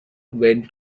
went